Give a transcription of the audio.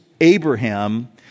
Abraham